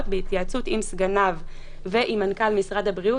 בהתייעצות עם סגניו ועם מנכ"ל משרד הבריאות,